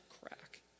crack